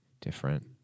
different